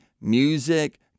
music